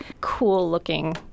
cool-looking